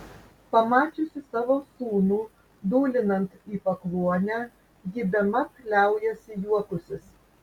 pamačiusi savo sūnų dūlinant į pakluonę ji bemat liaujasi juokusis